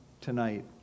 tonight